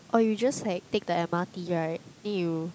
or you just like take the M_R_T right then you